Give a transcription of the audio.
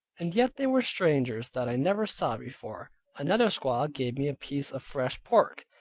and yet they were strangers that i never saw before. another squaw gave me a piece of fresh pork,